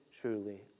truly